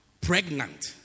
Pregnant